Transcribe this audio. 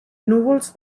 núvols